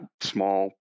small